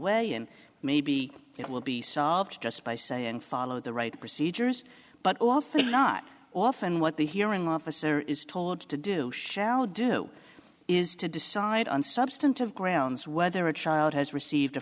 way and maybe it will be solved just by saying follow the right procedures but often not often what the hearing officer is told to do shall do is to decide on substantive grounds whether a child has received a